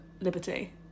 Liberty